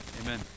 Amen